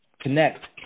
connect